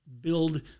build